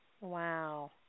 Wow